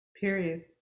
Period